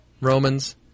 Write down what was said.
Romans